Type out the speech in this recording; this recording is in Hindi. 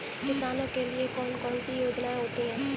किसानों के लिए कौन कौन सी योजनायें होती हैं?